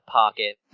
pocket